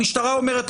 המשטרה אומרת,